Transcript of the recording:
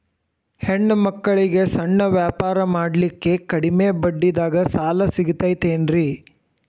ಹೆಣ್ಣ ಮಕ್ಕಳಿಗೆ ಸಣ್ಣ ವ್ಯಾಪಾರ ಮಾಡ್ಲಿಕ್ಕೆ ಕಡಿಮಿ ಬಡ್ಡಿದಾಗ ಸಾಲ ಸಿಗತೈತೇನ್ರಿ?